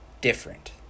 different